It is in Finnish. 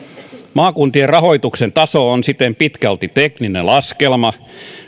maakuntien rahoituksen taso on siten pitkälti tekninen laskelma